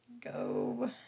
go